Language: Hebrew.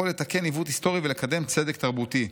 יכול לתקן עיוות היסטורי ולקדם צדק תרבותי.